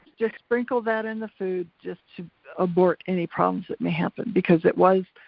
just sprinkle that in the food just to abort any problems that may happen because it was,